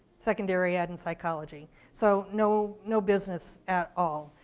secondary ed and psychology. so no no business at all.